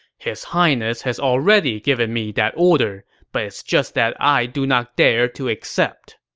his highness has already given me that order, but it's just that i do not dare to accept.